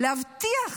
להבטיח,